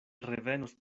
revenos